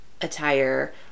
attire